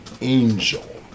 angel